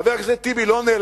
חנין זועבי לא מפחידה אף אחד.